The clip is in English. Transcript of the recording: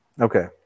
Okay